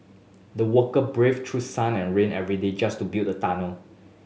the worker braved through sun and rain every day just to build the tunnel